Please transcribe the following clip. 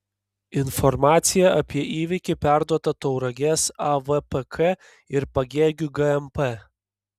informacija apie įvykį perduota tauragės avpk ir pagėgių gmp